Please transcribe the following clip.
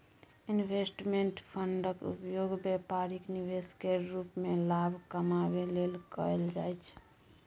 investment फंडक उपयोग बेपारिक निवेश केर रूप मे लाभ कमाबै लेल कएल जाइ छै